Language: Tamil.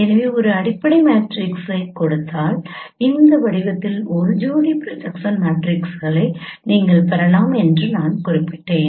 எனவே ஒரு அடிப்படை மேட்ரிக்ஸைக் கொடுத்தால் இந்த வடிவத்தில் ஒரு ஜோடி ப்ரொஜெக்ஷன் மேட்ரிக்ஸ்களை நீங்கள் பெறலாம் என்று நான் குறிப்பிட்டேன்